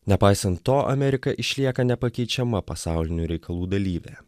nepaisant to amerika išlieka nepakeičiama pasaulinių reikalų dalyvė